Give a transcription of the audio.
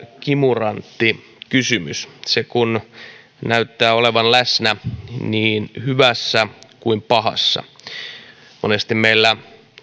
kimurantti kysymys se kun näyttää olevan läsnä niin hyvässä kuin pahassakin monesti meillä